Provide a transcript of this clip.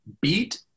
beat